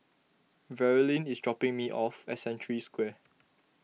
Verlyn is dropping me off at Century Square